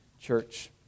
Church